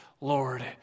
Lord